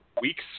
weeks